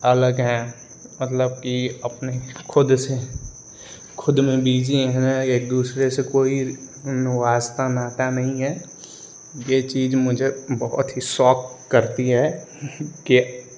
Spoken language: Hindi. अलग हैं मतलब की अपने ख़ुद से खुद में बिजी है एक दूसरे से जैसे कोई वास्ता नाता नहीं है ये चीज मुझे बहुत ही सॉक करती है